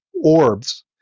orbs